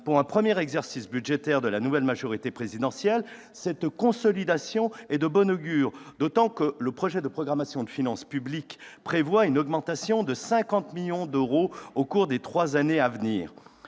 pour un premier exercice budgétaire de la nouvelle majorité présidentielle, cette consolidation est de bon augure, d'autant que le projet de loi de programmation des finances publiques prévoit une augmentation de 50 millions d'euros au cours des trois années à venir.